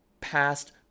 past